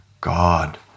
God